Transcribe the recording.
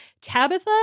Tabitha